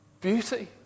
Beauty